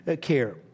care